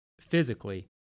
physically